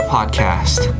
Podcast